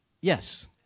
Yes